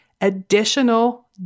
additional